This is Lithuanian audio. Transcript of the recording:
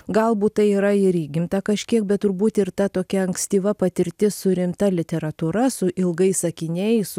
galbūt tai yra ir įgimta kažkiek bet turbūt ir ta tokia ankstyva patirtis su rimta literatūra su ilgais sakiniais su